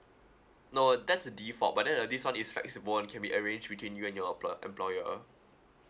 no that's the default but then uh this one is flexible one it can be arranged between you and your emplo~ employer